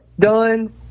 done